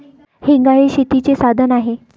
हेंगा हे शेतीचे साधन आहे